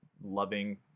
loving